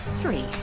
three